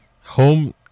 home